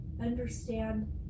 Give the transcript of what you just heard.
understand